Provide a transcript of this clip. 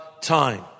time